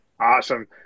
Awesome